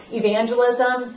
evangelism